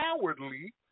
cowardly